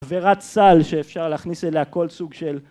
עברת סל שאפשר להכניס אליה כל סוג של